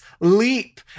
leap